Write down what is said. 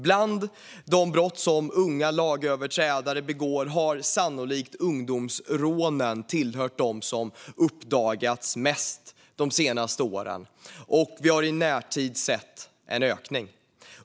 Bland de brott som unga lagöverträdare begår har sannolikt ungdomsrånen tillhört dem som uppdagats mest de senaste åren, och vi har i närtid sett en ökning.